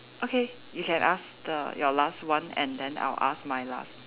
okay you can ask the your last one and then I'll ask my last